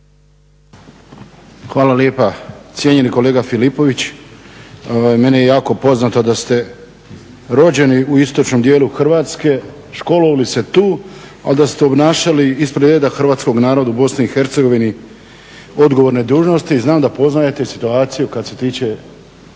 Hvala lijepa. Cijenjeni kolega Filipović, meni je jako poznato da ste rođeni u istočnom dijelu Hrvatske, školovali se tu, ali da ste obnašali ispred reda hrvatskog naroda u BiH odgovorne dužnosti i znam da poznajete situaciju kad se tiče